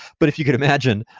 but if you can imagine,